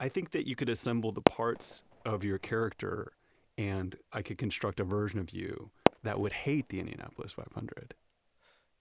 i think that you could assemble the parts of your character and i could construct a version of you that would hate the indianapolis five hundred point